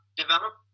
develop